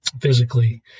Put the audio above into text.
physically